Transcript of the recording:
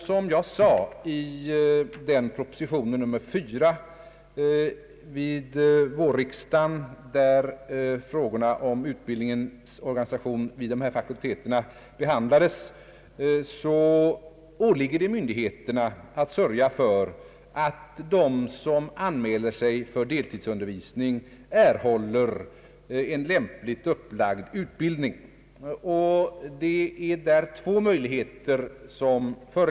Som framgår av propositionen nr 4 vid vårriksdagen, där frågorna om utbildningens organisation vid dessa fakulteter behandlades, åligger det myndigheterna att sörja för att de som anmäler sig för deltidsundervisning erhåller en lämpligt upplagd utbildning. Det föreligger två möjligheter.